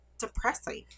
depressing